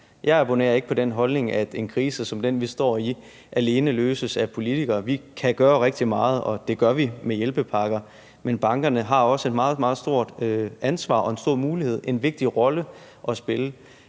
Jeg abonnerer ikke på den holdning, at en krise som den, vi står i, alene løses af politikere. Vi kan gøre rigtig meget, og det gør vi med hjælpepakker, men bankerne har også et meget, meget stort ansvar og en vigtig rolle at spille.